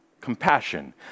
Compassion